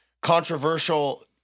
controversial